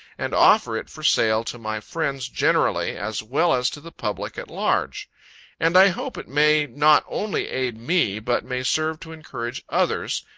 and offer it for sale to my friends generally, as well as to the public at large and i hope it may not only aid me, but may serve to encourage others,